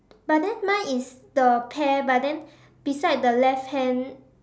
but then mine is the pear but then beside the left hand